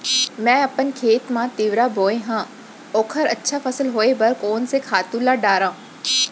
मैं अपन खेत मा तिंवरा बोये हव ओखर अच्छा फसल होये बर कोन से खातू ला डारव?